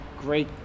great